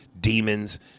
demons